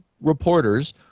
reporters